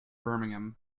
birmingham